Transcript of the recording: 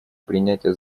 принятие